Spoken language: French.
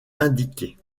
indiqués